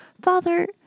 Father